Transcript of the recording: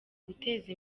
guteza